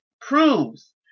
proves